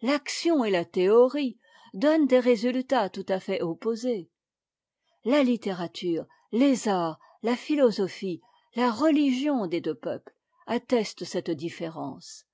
faction et la théorie donnent des résultats tout à fait opposés la littérature les arts la philosophie la religion des deux peuples attestent cette différence